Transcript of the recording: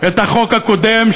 את החוק הקודם,